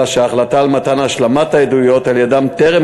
אלא שההחלטה על מתן השלמת העדויות על-ידם טרם